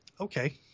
Okay